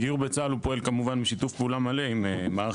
הגיור בצה"ל פועל כמובן בשיתוף פעולה מלא עם מערך